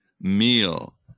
meal